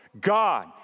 God